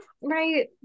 right